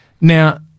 Now